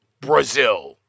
Brazil